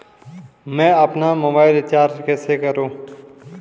मैं अपना mobile recharge कैसे करूँ?